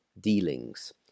dealings